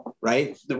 right